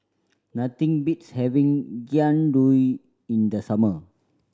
nothing beats having Jian Dui in the summer